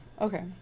Okay